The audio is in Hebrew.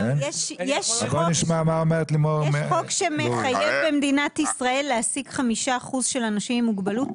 יש חוק שמחייב במדינת ישראל להעסיק חמישה אחוזים של אנשים עם מוגבלות.